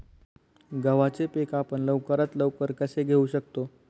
गव्हाचे पीक आपण लवकरात लवकर कसे घेऊ शकतो?